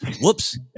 Whoops